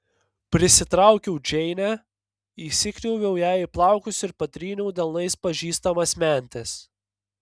prisitraukiau džeinę įsikniaubiau jai į plaukus ir patryniau delnais pažįstamas mentes